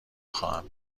خواهم